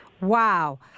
Wow